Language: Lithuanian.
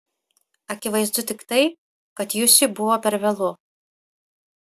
akivaizdu tik tai kad jusiui buvo per vėlu